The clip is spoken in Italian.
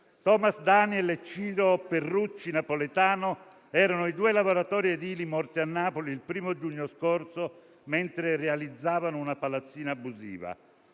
Thomas Daniel e Ciro Perrucci, napoletano, erano i due lavoratori edili morti a Napoli il 1° giugno scorso mentre realizzavano una palazzina abusiva.